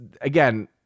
again